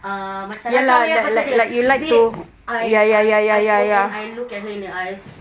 ah macam lan jiao wei pasal dia babe I I told and I look at her in the eyes